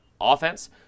offense